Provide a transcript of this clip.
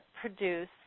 produce